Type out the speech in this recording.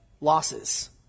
losses